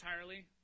entirely